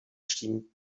she